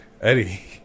Eddie